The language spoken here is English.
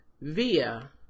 via